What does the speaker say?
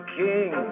king